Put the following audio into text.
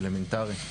אלמנטרי.